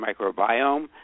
microbiome